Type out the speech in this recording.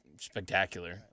spectacular